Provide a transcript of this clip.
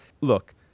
Look